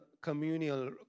communal